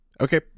okay